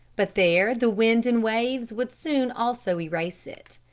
but there the wind and waves would soon also erase it.